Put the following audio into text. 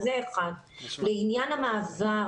לעניין המעבר